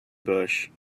bush